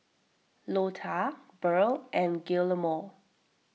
Lotta Burl and Guillermo